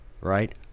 right